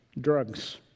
drugs